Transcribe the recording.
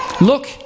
look